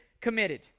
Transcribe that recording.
committed